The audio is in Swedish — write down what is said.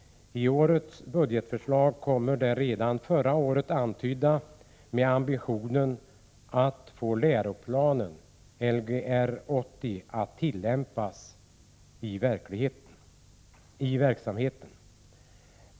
I årets budgetförslag kommer den redan förra året antydda ambitionen att läroplanen Lgr 80 skall tillämpas i verksamheten.